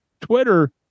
Twitter